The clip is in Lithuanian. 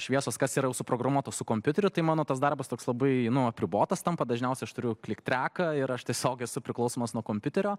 šviesos kas yra jau suprogramuota su kompiuteriu tai mano tas darbas toks labai apribotas tampa dažniausiai aš turiu click tracką ir aš tiesiog esu priklausomas nuo kompiuterio